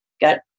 got